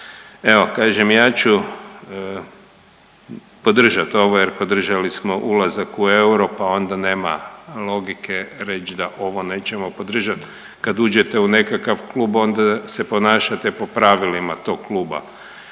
Evo, kažem, ja ću podržati ovo jer podržali smo ulazak u euro pa onda nema logike reći da ovo nećemo podržati, kad uđete u nekakav klub, onda se ponašate po pravilima tog kluba